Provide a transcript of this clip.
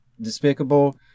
despicable